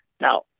Now